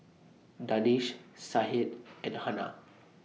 Danish Syed and Hana